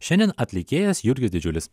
šiandien atlikėjas jurgis didžiulis